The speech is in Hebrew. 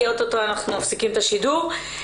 כי אוטוטו אנחנו מפסיקים את השידור.